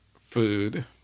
food